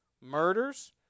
murders